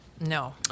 No